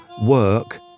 work